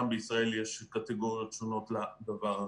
גם בישראל יש קטגוריות שונות לדבר הזה.